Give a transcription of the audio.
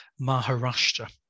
Maharashtra